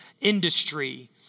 industry